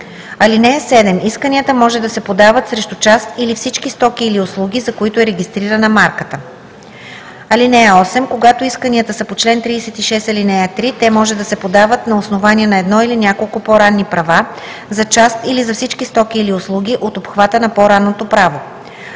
ал. 5. (7) Исканията може да се подават срещу част или всички стоки или услуги, за които е регистрирана марката. (8) Когато исканията са по чл. 36, ал. 3, те може да се подават на основание на едно или няколко по-ранни права, за част или за всички стоки или услуги от обхвата на по-ранното право.